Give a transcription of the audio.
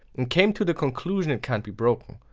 and came to the conclusion it can't be broken.